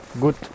good